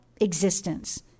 existence